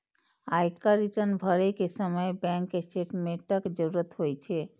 आयकर रिटर्न भरै के समय बैंक स्टेटमेंटक जरूरत होइ छै